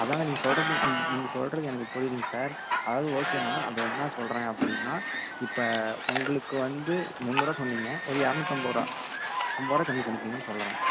அதான்ங்க நீங்கள் சொல்கிறது நீங்கள் சொல்கிறது எனக்கு புரியிதுங்க சார் அதாவது ஓகேண்ணா அது என்ன சொல்கிறேன் அப்படின்னா இப்போ உங்களுக்கு வந்து முந்நூறுவா சொன்னிங்க ஒரு இரநூத்தம்பது ரூபா ஐம்பரூவா கம்மி பண்ணிக்கங்கன்னு சொல்கிறேன்